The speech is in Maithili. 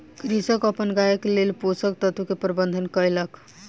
कृषक अपन गायक लेल पोषक तत्व के प्रबंध कयलक